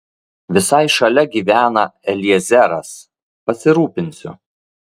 visai šalia gyvena eliezeras pasirūpinsiu